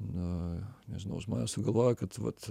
na nežinau žmonės taip galvoja kad vat